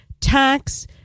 Tax